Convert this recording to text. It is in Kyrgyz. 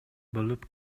болуп